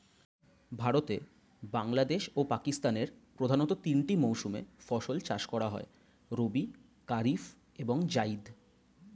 ভারতে, বাংলাদেশ ও পাকিস্তানের প্রধানতঃ তিনটি মৌসুমে ফসল চাষ হয় রবি, কারিফ এবং জাইদ